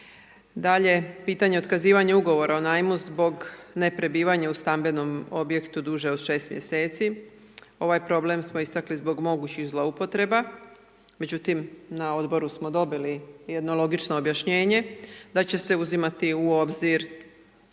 Dalje, pitanje otkazivanja ugovora o najmu zbog neprebivanja u stambenom objektu duže od 6 mjeseci. Ovaj problem smo istakli zbog mogućih zloupotreba, međutim na odboru smo dobili jedno logično objašnjenje da će se uzimati u obzir,